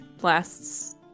lasts